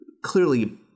Clearly